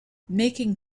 making